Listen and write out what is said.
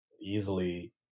easily